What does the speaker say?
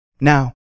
Now